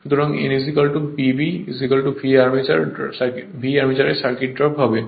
সুতরাং n Eb V armature সার্কিটে drop হবে